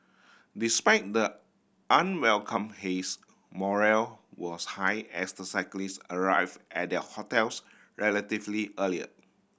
despite the unwelcome haze morale was high as the cyclist arrive at their hotels relatively early